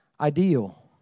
ideal